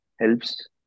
helps